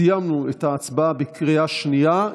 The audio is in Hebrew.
סיימנו את ההצבעה בקריאה שנייה.